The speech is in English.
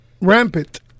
rampant